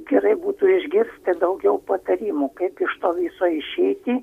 gerai būtų išgirsti daugiau patarimų kaip iš to viso išeiti